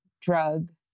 drug